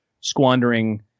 squandering